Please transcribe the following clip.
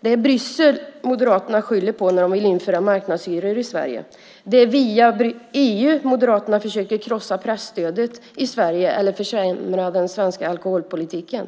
Det är Bryssel Moderaterna skyller på när de vill införa marknadshyror i Sverige. Det är via EU Moderaterna försöker krossa presstödet i Sverige och försämra den svenska alkoholpolitiken.